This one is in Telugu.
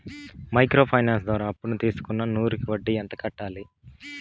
మైక్రో ఫైనాన్స్ ద్వారా అప్పును తీసుకున్న నూరు కి వడ్డీ ఎంత కట్టాలి?